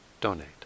donate